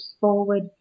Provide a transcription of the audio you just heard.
forward